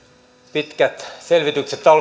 pitkät selvitykset